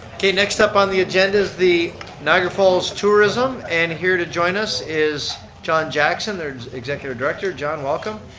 next up on the agenda is the niagara falls tourism and here to join us is john jackson, their executive director. john, welcome.